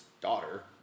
daughter